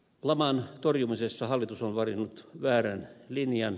laman torjumisessa hallitus on valinnut väärän linjan